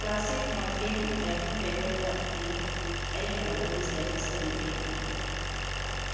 classic ꯃꯐꯤꯟ baking paper ꯀꯞꯀꯤ ꯑꯩꯒꯤ ꯑꯣꯔꯗꯔꯒꯤ ꯁ꯭ꯇꯦꯇꯁ ꯀꯔꯤ ꯑꯣꯏꯔꯤꯕꯒꯦ